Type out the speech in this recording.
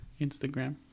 Instagram